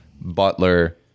Butler